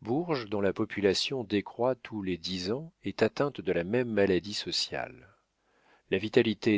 bourges dont la population décroît tous les dix ans est atteint de la même maladie sociale la vitalité